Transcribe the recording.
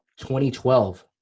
2012